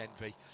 envy